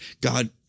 God